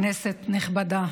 כנסת נכבדה,